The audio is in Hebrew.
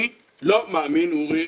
אני לא מאמין, אורי,